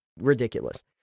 ridiculous